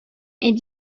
est